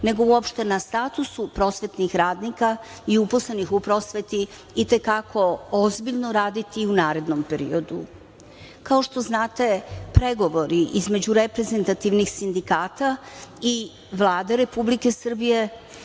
nego uopšte na statusu prosvetnih radnika i uposlenih u prosveti i te kako ozbiljno raditi u narednom periodu. Kao što znate pregovori između reprezentativnih sindikata i Vlade Republike Srbije,